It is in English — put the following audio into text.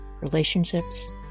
relationships